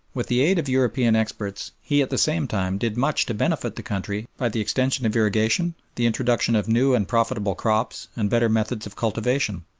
with the aid of european experts, he at the same time did much to benefit the country by the extension of irrigation, the introduction of new and profitable crops and better methods of cultivation.